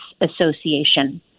Association